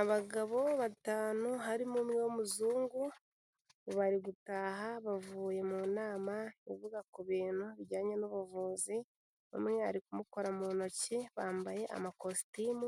Abagabo batanu harimo umwe w'umuzungu, bari gutaha bavuye mu nama ivuga ku bintu bijyanye n'ubuvuzi, umwe ari kumukora mu ntoki, bambaye amakositimu,